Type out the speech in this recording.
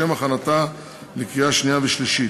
לשם הכנתה לקריאה שנייה ושלישית,